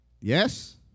Yes